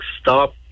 stop